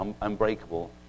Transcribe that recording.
unbreakable